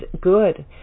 good